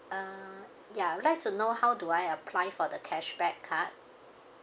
uh ya I'd like to know how do I apply for the cashback card